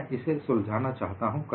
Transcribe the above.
मैं इसे सुलझाना चाहता हूं